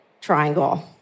triangle